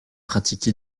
pratiqué